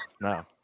no